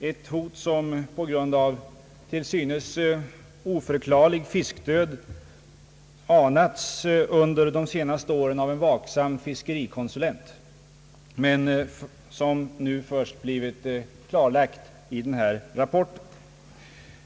ett hot som på grund av till synes oförklarlig fiskdöd anats under de senaste åren av en vaksam fiskerikonsulent men som nu först blivit klarlagt i denna rapport.